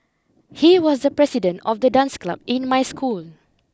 he was the president of the dance club in my school